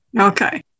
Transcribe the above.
Okay